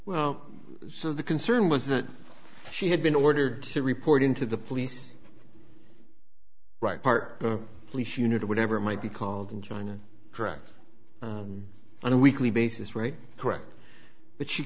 well so the concern was that she had been ordered to report into the police right part of a police unit or whatever might be called in china correct on a weekly basis right correct but she